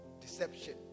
Deception